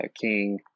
King